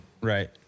Right